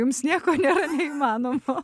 jums nieko nėra neįmanomo